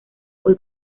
hoy